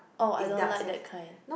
orh I don't like that kind